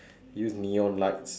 use neon lights